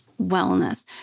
wellness